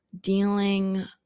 dealing